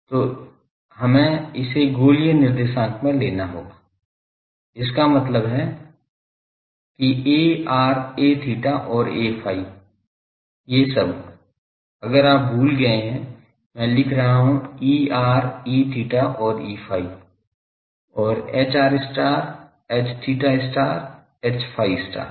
तो हमें इसे गोलीय निर्देशांक में लेना होगा इसका मतलब है कि ar aθ और aϕ ये सब अगर आप भूल गए है मैं लिख रहा हूँ Er Eθ और Eϕ और Hr Hθ Hϕ